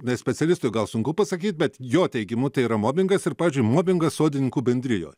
ne specialistui gal sunku pasakyt bet jo teigimu tai yra mobingas ir pavyzdžiui mobingas sodininkų bendrijoj